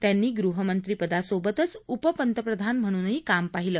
त्यांनी गृहमंत्रीपदासोबतच उपप्रधानमंत्री म्हणूनही काम पाहिलं